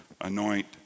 anoint